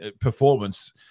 performance